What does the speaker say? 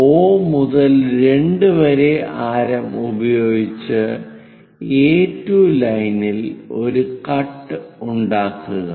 O മുതൽ 2 വരെ ആരം ഉപയോഗിച്ച് A2 ലൈനിൽ ഒരു കട്ട് ഉണ്ടാക്കുക